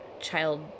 child